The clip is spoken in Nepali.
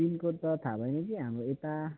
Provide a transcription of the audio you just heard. पिनकोड त थाहा भएन कि हाम्रो यता